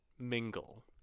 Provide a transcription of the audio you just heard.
mingle